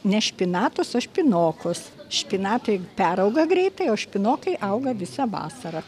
ne špinatus o špinokus špinatai perauga greitai o špinokai auga visą vasarą